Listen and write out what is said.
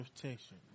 protection